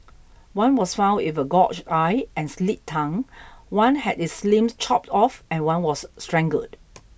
one was found with a gorged eye and slit tongue one had its limbs chopped off and one was strangled